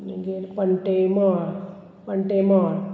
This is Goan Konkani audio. मागीर पण्टेमळ पण्टेमोळ